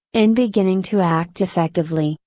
in beginning to act effectively,